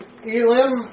ELIM